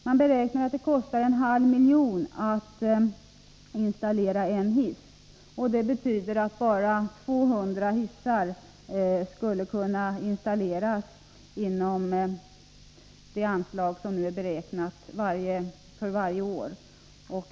Man beräknar att det kostar en halv miljon att installera en hiss, och det betyder att bara 200 hissar skulle kunna installeras inom ramen för det anslag som nu är beräknat för varje enskilt år.